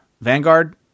Vanguard